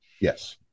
yes